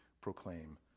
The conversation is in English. proclaim